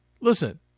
listen –